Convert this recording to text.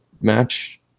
match